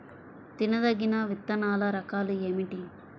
తినదగిన విత్తనాల రకాలు ఏమిటి?